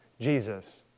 Jesus